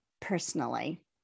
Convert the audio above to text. personally